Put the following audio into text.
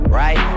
right